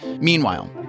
Meanwhile